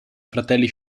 fratelli